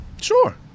Sure